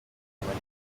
kubona